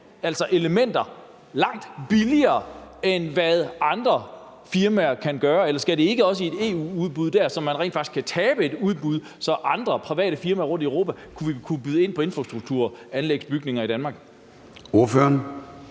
altså elementer, langt billigere, end andre firmaer kan gøre, eller skal det ikke i et EU-udbud, så man rent faktisk kan tabe et udbud, så andre private firmaer rundtom i Europa vil kunne byde ind på infrastrukturanlæg i Danmark? Kl.